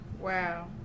wow